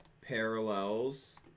parallels